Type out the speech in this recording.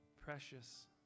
precious